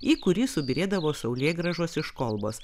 į kurį subyrėdavo saulėgrąžos iš kolbos